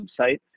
website